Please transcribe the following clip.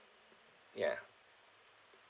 ya